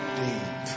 deep